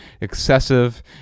excessive